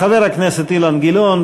חבר הכנסת אילן גילאון.